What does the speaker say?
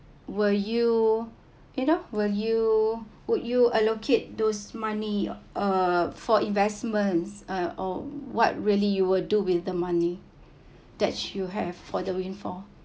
will you you know will you would you allocate those money uh for investments uh or what really you will do with the money that you have for the windfall